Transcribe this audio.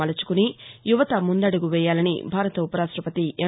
మలచుకుని యువత ముందడుగు వేయాలని భారత ఉపరాష్టపతి ఎం